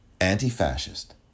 Anti-fascist